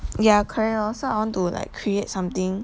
ya correct lor so I want to like create something